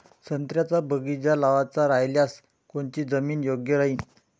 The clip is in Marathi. संत्र्याचा बगीचा लावायचा रायल्यास कोनची जमीन योग्य राहीन?